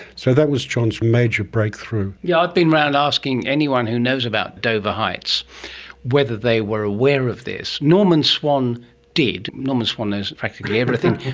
so that was john's major breakthrough. yes, yeah i've been around asking anyone who knows about dover heights whether they were aware of this. norman swan did. norman swan knows practically everything.